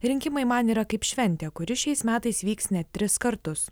rinkimai man yra kaip šventė kuri šiais metais vyks net tris kartus